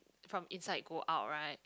from inside go out right